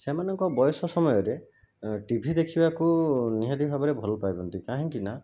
ସେମାନଙ୍କ ବୟସ ସମୟରେ ଏଁ ଟିଭି ଦେଖିବାକୁ ନିହାତି ଭାବରେ ଭଲ ପାଇଛନ୍ତି କାହିଁକିନା